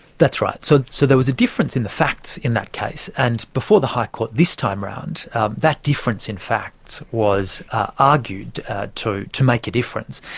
that's right, so so there was a difference in the facts in that case, and before the high court this time round that difference in facts was ah argued to to make a difference.